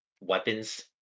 weapons